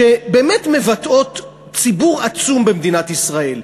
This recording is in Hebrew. שבאמת מבטאות ציבור עצום במדינת ישראל,